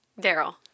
Daryl